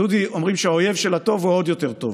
דודי, אומרים שהאויב של הטוב הוא העוד-יותר טוב.